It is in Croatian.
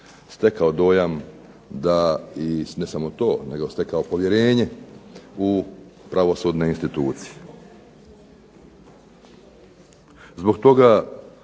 stekao dojam da i ne samo to nego stekao povjerenje u pravosudne institucije. Zbog toga